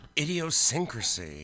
Idiosyncrasy